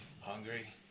Hungry